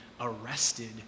arrested